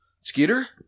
Skeeter